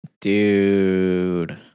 dude